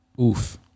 oof